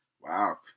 Wow